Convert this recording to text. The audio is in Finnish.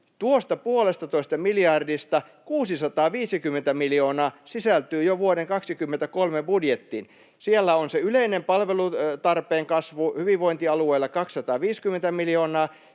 Tuosta puolestatoista miljardista 650 miljoonaa sisältyy jo vuoden 23 budjettiin: siellä on se yleinen palvelutarpeen kasvu hyvinvointialueilla, 250 miljoonaa,